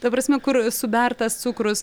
ta prasme kur subertas cukrus